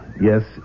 yes